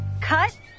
cut